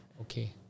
Okay